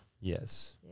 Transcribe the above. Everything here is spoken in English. Yes